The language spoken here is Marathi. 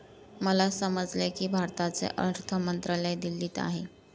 मला समजले की भारताचे अर्थ मंत्रालय दिल्लीत आहे